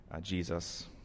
Jesus